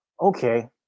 Okay